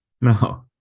No